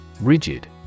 Rigid